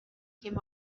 came